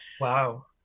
Wow